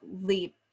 LEAP